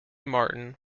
martin